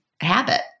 habit